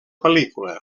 pel·lícula